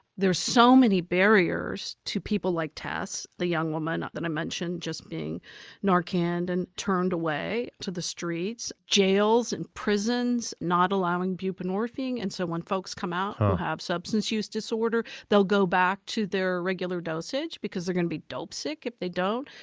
there's so many barriers to people like tess, the young woman that i mentioned just being narcaned and turned away to the streets. jails and prisons not allowing buprenorphine and so when folks come out who have substance use disorder, they'll go back to their regular dosage because they're going to be dope sick if they don't.